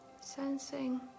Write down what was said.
sensing